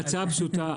הצעה פשוטה,